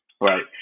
right